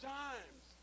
times